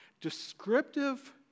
descriptive